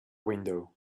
window